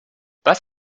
was